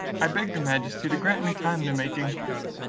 i beg your majesty to grant me time to make enquiry.